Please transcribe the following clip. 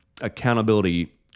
accountability